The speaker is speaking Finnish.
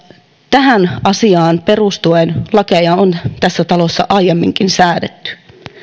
tähän asiaan perustuen lakeja on tässä talossa aiemminkin säädetty